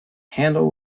handle